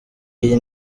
iyi